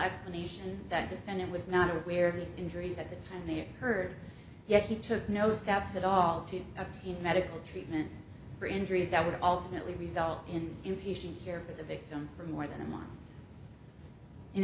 explanation that defendant was not aware of the injuries at the time they occurred yet he took no steps at all to obtain medical treatment for injuries that would ultimately result in in patient care for the victim for more than a month in